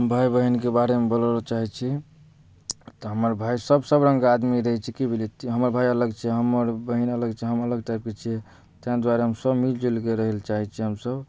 हम भाइ बहिनके बारेमे बोलऽ लऽ चाहैत छी तऽ हमर भाइ सब सब रङ्ग कऽ आदमी रहैत छै कि बुझलियै हमर भाइ अलग छै हमर बहिन अलग छै हम अलग टाइपके छियै ताहि दुआरे हम सब मिल जुलि कऽ रहै लऽ चाहैत छी हमसब